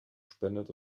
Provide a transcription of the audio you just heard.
spendet